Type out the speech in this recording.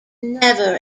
never